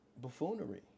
buffoonery